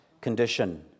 condition